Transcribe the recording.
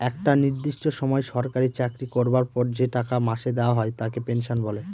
একটা নির্দিষ্ট সময় সরকারি চাকরি করবার পর যে টাকা মাসে দেওয়া হয় তাকে পেনশন বলে